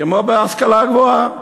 כמו בהשכלה הגבוהה,